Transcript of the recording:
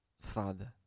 father